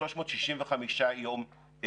365 יום בשנה.